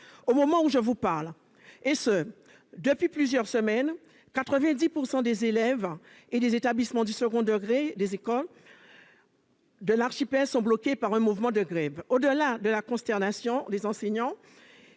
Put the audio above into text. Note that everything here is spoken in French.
Au moment où je vous parle, et ce depuis plusieurs semaines, 90 % des écoles et des établissements scolaires de l'archipel sont bloqués par un mouvement de grève. Au-delà de la consternation des enseignants